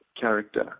character